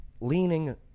leaning